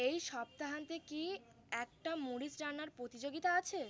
এই সপ্তাহান্তে কি একটা মরিচ রান্নার প্রতিযোগিতা আছে